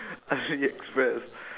aliexpress